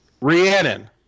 Rhiannon